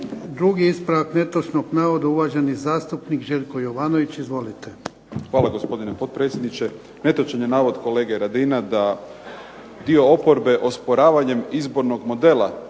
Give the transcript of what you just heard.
drugi ispravak netočnog navoda, uvaženi zastupnik Željko Jovanović. Izvolite. **Jovanović, Željko (SDP)** Hvala gospodine potpredsjedniče. Netočan je navod kolege Radina da dio oporbe osporavanjem izbornog modela